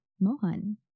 mohan